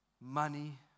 money